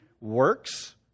works